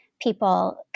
people